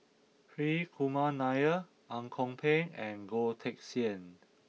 Hri Kumar Nair Ang Kok Peng and Goh Teck Sian